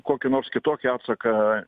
kokį nors kitokį atsaką